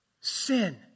Sin